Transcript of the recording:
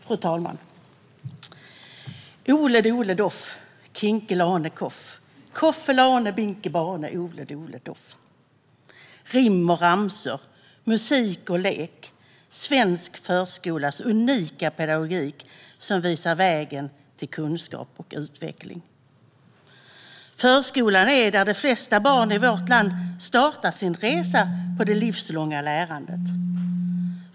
Fru talman! Ole dole doff, kinke lane koff, koffe lane binke bane, ole dole doff! Rim och ramsor, musik och lek - svensk förskolas unika pedagogik visar vägen till kunskap och utveckling. Förskolan är den plats där de flesta barn i vårt land startar sin resa i det livslånga lärandet.